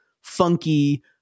funky